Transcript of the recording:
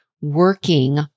working